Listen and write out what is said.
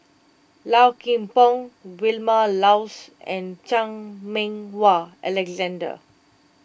Low Kim Pong Vilma Laus and Chan Meng Wah Alexander